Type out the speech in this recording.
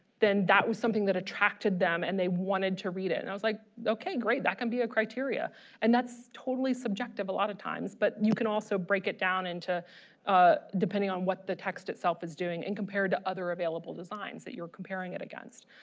then that was something that attracted them and they wanted to read it and i was like okay great that can be a criteria and that's totally subjective a lot of times but you can also break it down into ah depending on what the text itself is doing and compared to other available designs that you're comparing it against.